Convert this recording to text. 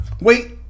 Wait